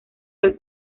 del